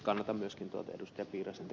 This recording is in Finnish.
kannatan myöskin ed